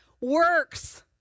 works